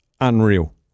unreal